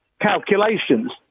calculations